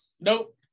Nope